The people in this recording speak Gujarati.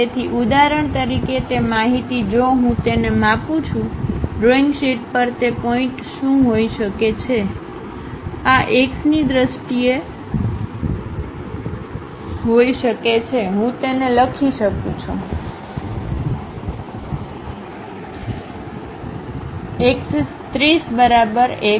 તેથી ઉદાહરણ તરીકે તે માહિતી જો હું તેને માપું છું ડ્રોઇંગ શીટ પર તે પોઇન્ટશું હોઈ શકે છે આ એક્સ ની દ્રષ્ટિએ હોઈ શકે છે હું તેને લખી શકું છું Acos30 બરાબર x છે